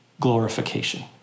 glorification